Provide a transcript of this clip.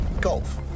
golf